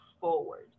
forward